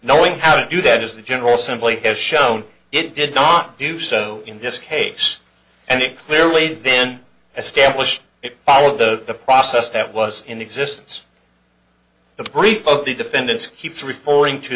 knowing how to do that as the general assembly has shown it did not do so in this case and it clearly then established it followed the the process that was in existence the brief of the defendants keeps referring to